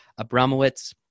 Abramowitz